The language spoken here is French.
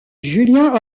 julien